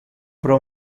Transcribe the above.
pro